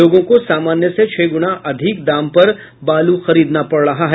लोगों को सामान्य से छह गुणा अधिक दाम पर बालू खरीदना पड़ रहा है